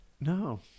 no